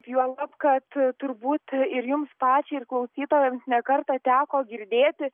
juolab kad turbūt ir jums pačiai ir klausytojams ne kartą teko girdėti